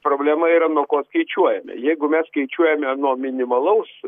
problema yra nuo ko skaičiuojame jeigu mes skaičiuojame nuo minimalaus